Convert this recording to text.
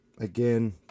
Again